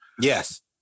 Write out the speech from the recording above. Yes